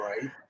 right